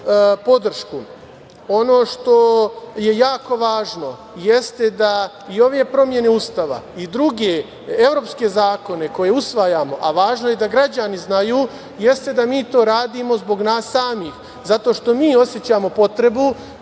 podršku. Ono što je jako važno jeste da i ove promene Ustava i druge evropske zakone koje usvajamo, a važno je i da građani znaju jeste da mi to radimo zbog nas samih, zato što mi osećamo potrebu